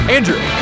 Andrew